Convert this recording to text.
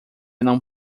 não